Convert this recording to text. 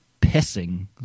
pissing